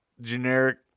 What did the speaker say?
Generic